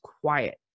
quiet